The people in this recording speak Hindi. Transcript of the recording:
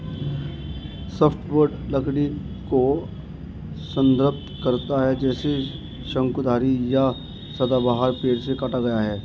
सॉफ्टवुड लकड़ी को संदर्भित करता है जिसे शंकुधारी या सदाबहार पेड़ से काटा गया है